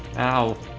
oh